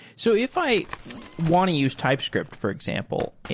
so if i want to use typescript, for example,